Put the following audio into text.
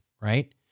Right